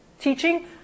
teaching